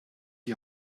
die